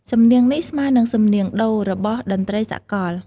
សំនៀងនេះស្មើនឹងសំនៀងដូ របស់តន្ដ្រីសាកល។